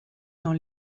dans